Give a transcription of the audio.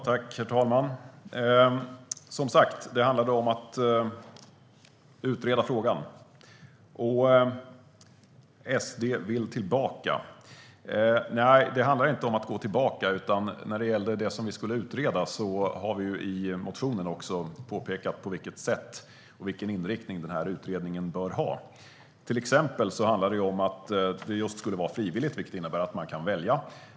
Herr talman! Som sagt: Det handlar om att utreda frågan. SD vill tillbaka, säger Rasmus Ling. Nej, det handlar inte om att gå tillbaka. När det gäller det som vi vill utreda har vi i motionen också påpekat på vilket sätt det ska göras och vilken inriktning utredningen bör ha. För det första handlar det till exempel om att det skulle vara frivilligt, vilket innebär att man kan välja.